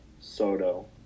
Soto